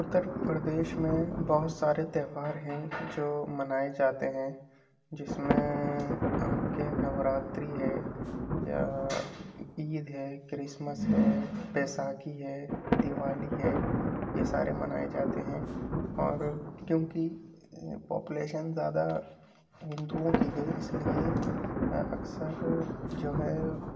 اتر پردیش میں بہت سارے تہوار ہیں جو منائے جاتے ہیں جس میں آپ کے نوراتری ہے یا عید ہے کرسمس ہے بیساکھی ہے دیوالی ہے یہ سارے منائے جاتے ہیں اور كیوں كہ پاپولیشن زیادہ ہندوؤں كی ہے اس لیے اكثر جو ہے